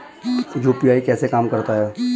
UPI कैसे काम करता है?